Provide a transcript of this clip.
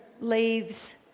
leaves